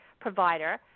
Provider